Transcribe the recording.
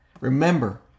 Remember